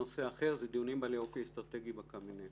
דיונים בעלי אופי אסטרטגי בקבינט